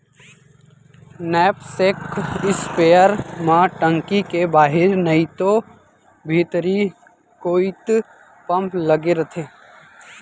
knapsack sprayer म टंकी के बाहिर नइतो भीतरी कोइत पम्प लगे रथे